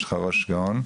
יש לך ראש גאון.